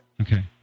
Okay